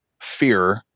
fear